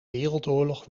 wereldoorlog